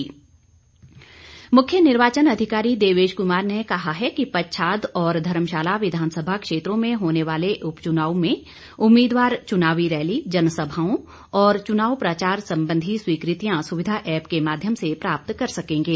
निर्वाचन अधिकारी मुख्य निर्वाचन अधिकारी देवेश कुमार ने कहा है कि पच्छाद और धर्मशाला विधानसभा क्षेत्रों में होने वाले उप चुनाव में उम्मीदवार चुनावी रैली जनसभाओं और चुनाव प्रचार सम्बन्धी स्वीकृतियां सुविधा एप्प के माध्यम से प्राप्त कर सकेंगे